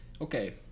Okay